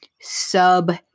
sub